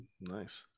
nice